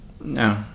No